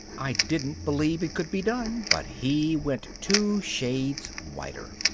i didn't believe it could be done, but he went two shades whiter.